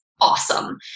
awesome